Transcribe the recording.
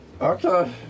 Okay